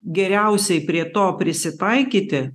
geriausiai prie to prisitaikyti